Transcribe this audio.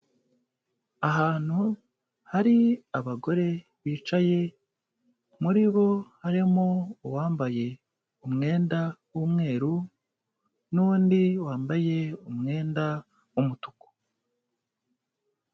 Ahantu hari abagore bicaye, muri bo harimo uwambaye umwenda w'umweru n'undi wambaye umwenda w'umutuku.